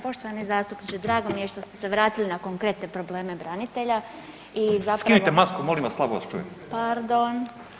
Poštovani zastupniče, drago mi je što ste se vratili na konkretne probleme branitelja [[Upadica: Skinite masku molim vas, slabo vas čujem.]] Pardon.